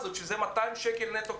היום של הוועדה המיוחדת לענייני חינוך.